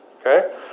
okay